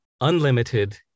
unlimited